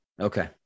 okay